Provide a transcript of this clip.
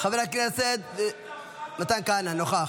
--- חבר הכנסת מתן כהנא נוכח.